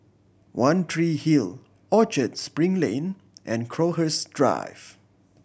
One Tree Hill Orchard Spring Lane and Crowhurst Drive